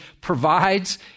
provides